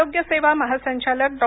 आरोग्य सेवा महासंचालक डॉ